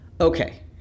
okay